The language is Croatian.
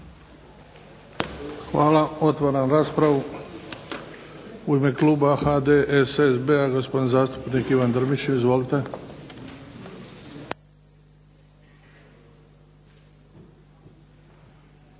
Hvala. Otvaram raspravu. U ime kluba HDSSB-a gospodin zastupnik Ivan Drmić. Izvolite.